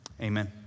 Amen